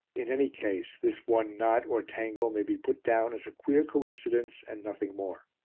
in any case this one knot or tangle may be put down as a queer coincidence and nothing more.